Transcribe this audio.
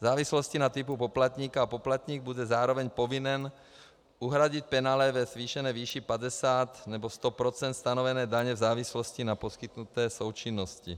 v závislosti na typu poplatníka a poplatník bude zároveň povinen uhradit penále ve zvýšené výši 50 % nebo 100 % stanovené daně v závislosti na poskytnuté součinnosti.